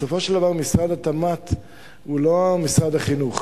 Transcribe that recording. בסופו של דבר משרד התמ"ת הוא לא משרד החינוך,